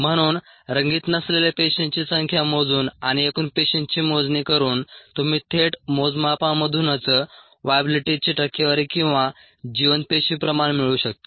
म्हणून रंगीत नसलेल्या पेशींची संख्या मोजून आणि एकूण पेशींची मोजणी करून तुम्ही थेट मोजमापांमधूनच वाएबिलिटी टक्केवारी किंवा जिवंत पेशी प्रमाण मिळवू शकता